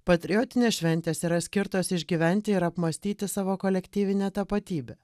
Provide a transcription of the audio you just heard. patriotinės šventės yra skirtos išgyventi ir apmąstyti savo kolektyvinę tapatybę